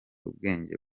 ubwenge